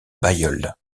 bailleul